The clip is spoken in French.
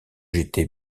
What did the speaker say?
j’étais